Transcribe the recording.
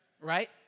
right